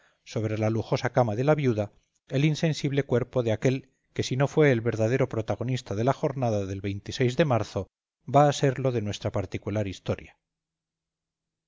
sobre la lujosa cama de la viuda el insensible cuerpo de aquel que si no fue el verdadero protagonista de la jornada del de marzo va a serlo de nuestra particular historia